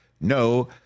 no